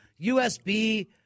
USB